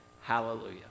Hallelujah